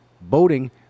boating